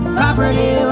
property